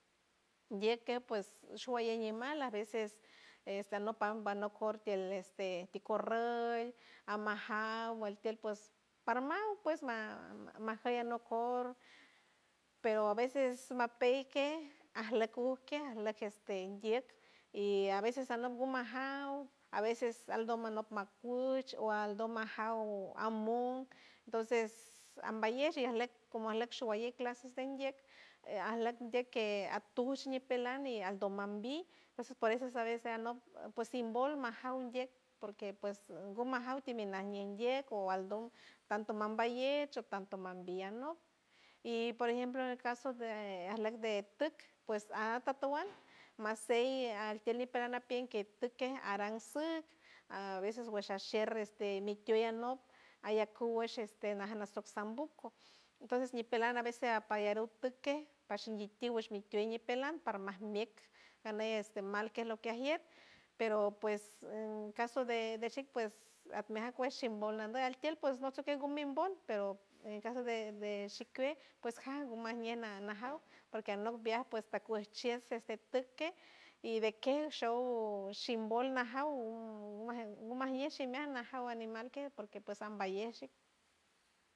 Ndieck kew pues showalley ñimal a veces esta anok pamba anok korr tiel este ti kurrol a majaw al tiel pues parmaw pues majey anok korr pero a veces mapey kej ajleck uj kej ajleck este ndieck y a veces anok gumajaw a veces aldom anop makuch o aldom majaw amok tonces amballesh ajleck como ajleck showalley clases de ndieck ajleck dieck atuch ñipelan ñi aldo mambi por eso a veces alnop ps imbol majaw ndieck porque ps gumajaw timi najñe ndieck o aldom tanto mamballech o tanto mambillan anop y por ejemplo caso de ajleck de tuk pues atatuan masey altiel ñipelan napien kej tuk kej aran suj a veces wesh ashier este mituey anok ayacu wesh este naj nasoc sambuco entonces ñipelan a veces pallaru tuc kej pash inditiw mash ñitiw ñipelan par maj mieck ganey mal kej lo que ajier pero pues, en caso de shik pues ajmeat kuej shimbol nanduy altiel pues muchukej gumimbol pero en caso de- de shikuej pues ja gumajñej na- najaw porque anop viaje pues pakuesh chieck tuc kej y de que show shimbol najaw gumajñe shimeaj najaw animal kej porque pues amballej shik.